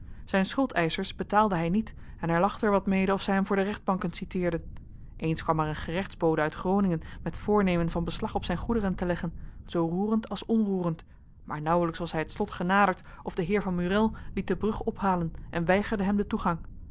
zijn schuldeischers betaalde hij niet en hij lachte er wat mede of zij hem voor de rechtbanken citeerden eens kwam er een gerechtsbode uit groningen met voornemen van beslag op gijn goederen te leggen zoo roerend als onroerend maar nauwelijks was hij het slot genaderd of de heer van murél liet de brug ophalen en weigerde hem den toegang